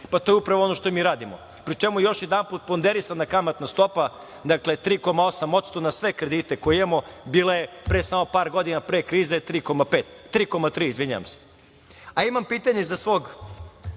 i to je upravo ono što mi radimo, pri čemu, još jedanput, ponderisana kamatna stopa, dakle, 3,8% na sve kredite koje imamo bila je pre samo par godina pre krize 3,3%.Imam pitanje za